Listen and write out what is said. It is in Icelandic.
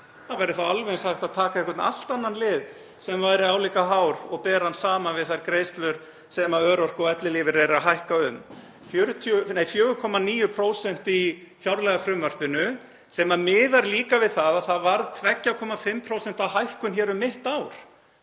Það væri alveg eins hægt að taka einhvern allt annan lið sem væri álíka hár og bera hann saman við þær greiðslur sem örorku- og ellilífeyrir eru að hækka um, 4,9% í fjárlagafrumvarpinu sem miðar líka við að það varð 2,5% hækkun um mitt ár.